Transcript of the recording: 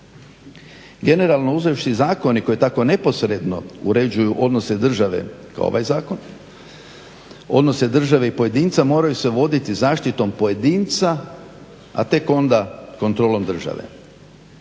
Generalno uzevši zakoni koje tako neposredno uređuju odnose države kao ovaj zakon odnose države i pojedinca moraju se voditi zaštitom pojedinca, a tek onda kontrolom države.